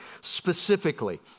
specifically